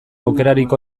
aukerarik